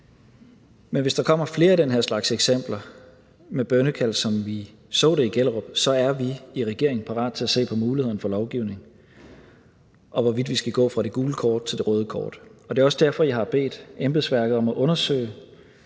Men hvis der kommer flere af den her slags eksempler med bønnekald, som vi så det i Gellerup, er vi i regeringen klar til at se på mulighederne for lovgivning og på, hvorvidt vi skal gå fra det gule kort til røde kort. Og det er også derfor, jeg har bedt embedsværket om at iværksætte